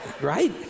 right